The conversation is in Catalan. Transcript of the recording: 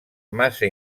massa